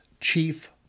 chief